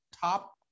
top